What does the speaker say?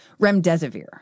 remdesivir